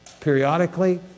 Periodically